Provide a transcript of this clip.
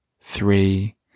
Three